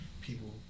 people